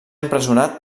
empresonat